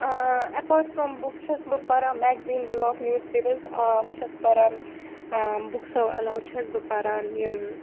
apart from books چھَس بہٕ پَران مٮ۪گزیٖن بٕلاک نِوٕز پیپٲرٕس بہٕ چھَس پَران بُکسو علاو چھَس بہٕ پَران یِم